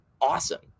awesome